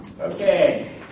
Okay